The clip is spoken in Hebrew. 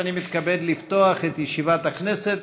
אני מתכבד לפתוח את ישיבת הכנסת.